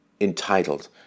entitled